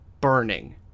burning